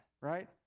right